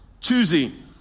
choosing